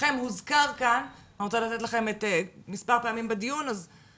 שמכן הוזכר כאן ואני רוצה לאפשר לכן להגיב.